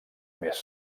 més